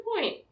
point